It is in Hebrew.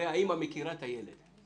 הרי האימא מכירה היטב היטב את הילד,